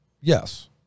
Yes